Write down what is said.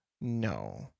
no